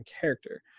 character